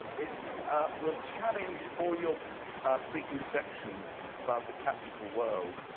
it will challenge all your preconceptions about the classical world.